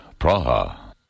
Praha